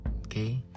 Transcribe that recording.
okay